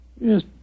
Yes